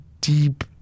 deep